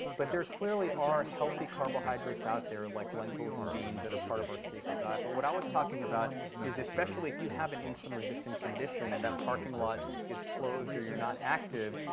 but there clearly are healthy carbohydrates out there, like lentils and beans, that are part of our staple diet. but what i was talking about is especially if you have an insulin-resistant condition and that parking lot is closed or you're not active,